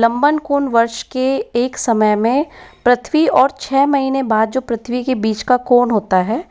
लंबन कोण वर्ष के एक समय में पृथ्वी और छः महीने बाद जो पृथ्वी के बीच का कोण होता है